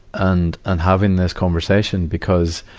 and, and having this conversation because